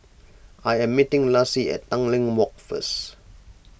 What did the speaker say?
I am meeting Laci at Tanglin Walk first